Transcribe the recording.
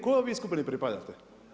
Kojoj vi skupini pripadate?